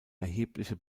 erhebliche